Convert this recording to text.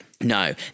No